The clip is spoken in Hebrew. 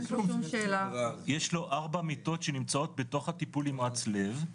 יש לו ארבע מיטות שנמצאות בתוך הטיפול נמרץ לב,